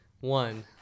One